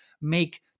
make